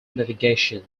navigation